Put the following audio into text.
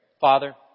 Father